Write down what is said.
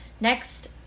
Next